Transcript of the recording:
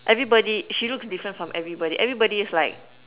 everybody she looks different from everybody everybody is like